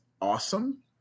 awesome